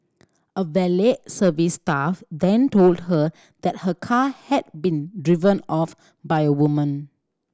a valet service staff then told her that her car had been driven off by a woman